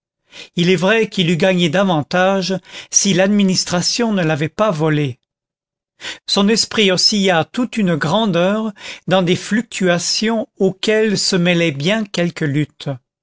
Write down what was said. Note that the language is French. il est vrai qu'il eût gagné davantage si l'administration ne l'avait pas volé son esprit oscilla toute une grande heure dans des fluctuations auxquelles se mêlait bien quelque lutte